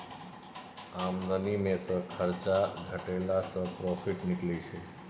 आमदनी मे सँ खरचा घटेला सँ प्रोफिट निकलै छै